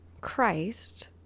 Christ